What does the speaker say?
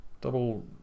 double